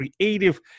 creative